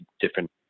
different